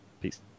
Peace